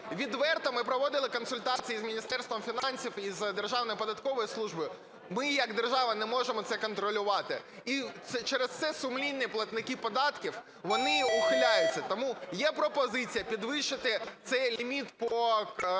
Відверто, ми проводили консультації з Міністерством фінансів і з Державною податковою службою. Ми як держава не можемо це контролювати, і через це сумлінні платники податків, вони ухиляються. Тому є пропозиція підвищити цей ліміт по квадратним